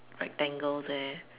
rectangle there